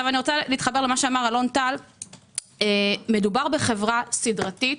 לגבי מה שאמר אלון טל - מדובר בחברה סדרתית